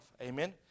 Amen